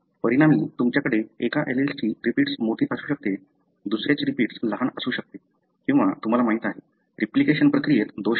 परिणामी तुमच्याकडे एका एलीलची रिपीट्स मोठी असू शकते दुसऱ्याची रिपीट्स लहान असू शकते किंवा तुम्हाला माहिती आहे की रिप्लिकेशन प्रक्रियेत दोष आहे